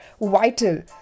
vital